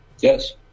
Yes